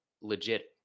legit